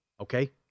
okay